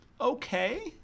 okay